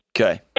Okay